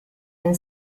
den